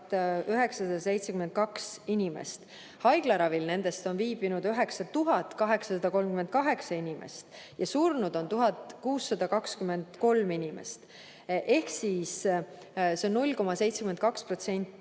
972 inimest, haiglaravil nendest on viibinud 9838 inimest ja surnud on 1623 inimest. See on siis 0,72%